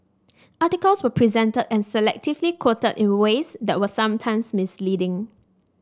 articles were presented and selectively quoted in ways that were sometimes misleading